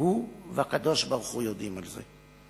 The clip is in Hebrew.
הוא והקדוש-ברוך-הוא יודעים על זה.